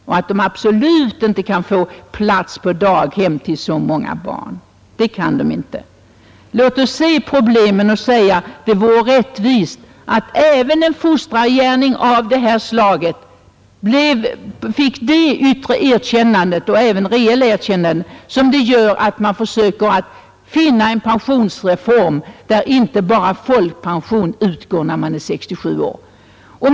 Och de kan absolut inte få plats på daghem för så många barn. Låt oss se på dessa problem och erkänna att det vore rättvist att även en fostrargärning av detta slag fick det yttre och reella erkännande att man försöker finna en sådan pensionsreform att inte bara folkpension utgår vid 67 års ålder.